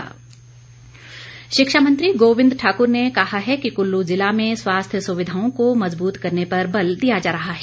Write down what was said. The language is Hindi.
गोविंद ठाकुर शिक्षा मंत्री गोविंद सिंह ठाकुर ने कहा है कि कुल्लू ज़िला में स्वास्थ्य सुविधाओं को मज़बूत करने पर बल दिया जा रहा है